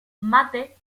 mate